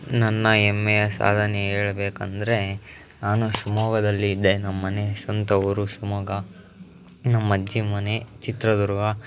ನನ್ನ ಹೆಮ್ಮೆಯ ಸಾಧನೆ ಹೇಳ್ಬೇಕಂದ್ರೆ ನಾನು ಶಿವ್ಮೊಗ್ಗದಲ್ಲಿ ಇದ್ದೆ ನಮ್ಮನೆ ಸ್ವಂತ ಊರು ಶಿವ್ಮೊಗ್ಗ ನಮ್ಮಜ್ಜಿ ಮನೆ ಚಿತ್ರದುರ್ಗ